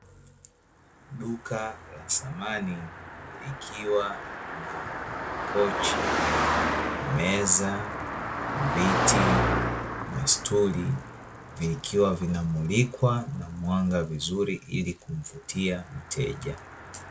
Duka la samani likiwa na makochi, meza, viti na stuli. vikiwa vinamulikwa na mwanga vizuri, ili kumvutia mteja.